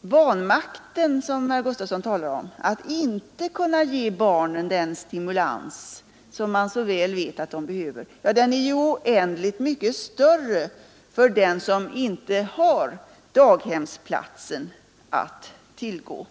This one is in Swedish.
Vanmakten som herr Gustavsson talar om — att inte kunna ge barnen den stimulans som man så väl vet att de behöver — är ju oändligt mycket större för den som inte har daghemsplatsen att tillgå.